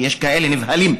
כי יש כאלה שנבהלים,